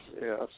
yes